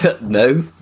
No